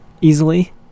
easily